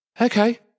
okay